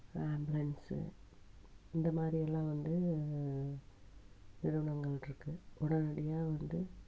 ambulance இந்த மாதிரியெல்லாம் வந்து நிறுவனங்களிருக்கு உடனடியா வந்து